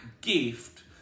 gift